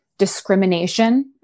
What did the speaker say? discrimination